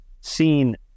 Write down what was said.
seen